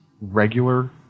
regular